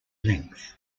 length